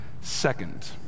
Second